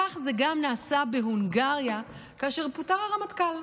כך זה גם נעשה בהונגריה כאשר פוטר הרמטכ"ל.